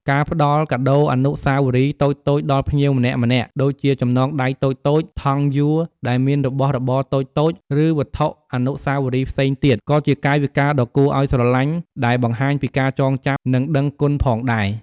ការផ្តល់ កាដូអនុស្សាវរីយ៍ តូចៗដល់ភ្ញៀវម្នាក់ៗ ដូចជាចំណងដៃតូចៗ ថង់យួរដែលមានរបស់របរតូចៗ ឬវត្ថុអនុស្សាវរីយ៍ផ្សេងទៀត ក៏ជាកាយវិការដ៏គួរឲ្យស្រលាញ់ដែលបង្ហាញពីការចងចាំ និងដឹងគុណផងដែរ។